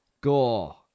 Gore